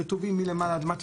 רטובים מלמעלה עד למטה,